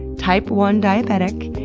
type one diabetic,